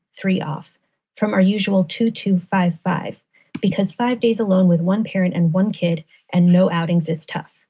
three off from our usual two to five five because five days alone with one parent and one kid and no outings is tough.